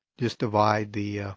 just divide the